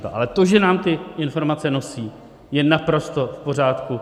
Ale to, že nám ty informace nosí, je naprosto v pořádku.